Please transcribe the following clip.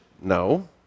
No